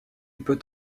peut